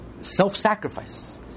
self-sacrifice